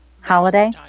holiday